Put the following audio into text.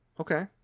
Okay